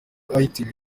itel